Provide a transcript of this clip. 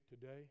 today